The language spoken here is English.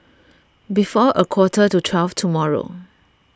before a quarter to twelve tomorrow